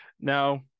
now